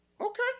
Okay